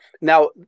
Now